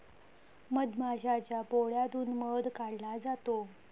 मधमाशाच्या पोळ्यातून मध काढला जातो